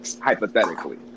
hypothetically